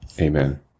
Amen